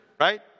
right